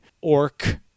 orc